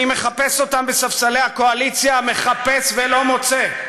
אני מחפש אותם בספסלי הקואליציה, מחפש ולא מוצא.